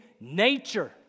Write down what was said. nature